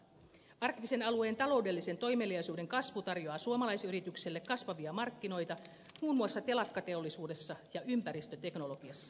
arktisen alueen taloudellisen toimeliaisuuden kasvu tarjoaa suomalaisyrityksille kasvavia markkinoita muuan muassa telakkateollisuudessa ja ympäristöteknologiassa